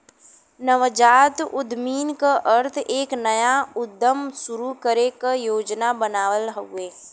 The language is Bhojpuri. नवजात उद्यमी क अर्थ एक नया उद्यम शुरू करे क योजना बनावल हउवे